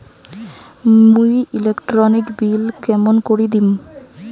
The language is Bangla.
মুই ইলেকট্রিক বিল কেমন করি দিম?